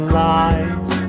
life